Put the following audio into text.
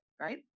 right